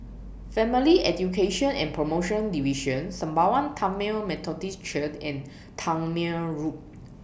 Family Education and promotion Division Sembawang Tamil Methodist Church and Tangmere Road